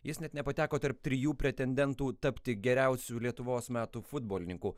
jis net nepateko tarp trijų pretendentų tapti geriausiu lietuvos metų futbolininku